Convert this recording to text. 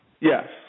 Yes